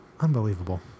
Unbelievable